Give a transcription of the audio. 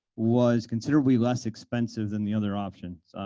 was considerably less expensive than the other option.